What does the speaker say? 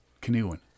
canoeing